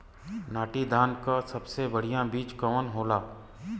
नाटी धान क सबसे बढ़िया बीज कवन होला?